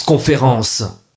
conférence